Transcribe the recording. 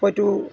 হয়টো